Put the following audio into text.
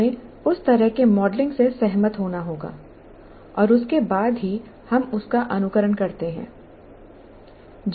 हमें उस तरह के मॉडलिंग से सहमत होना होगा और उसके बाद ही हम उसका अनुकरण करते हैं